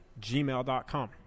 gmail.com